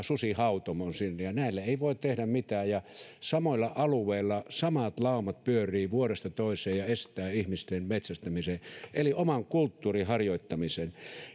susihautomon sinne ja näille ei voida tehdä mitään samoilla alueilla samat laumat pyörivät vuodesta toiseen ja estävät ihmisten metsästämisen eli oman kulttuurin harjoittamisen